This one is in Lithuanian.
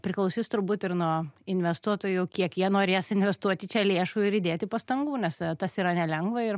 priklausys turbūt ir nuo investuotojų kiek jie norės investuoti čia lėšų ir įdėti pastangų nes tas yra nelengva ir